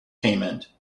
payment